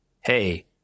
hey